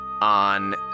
on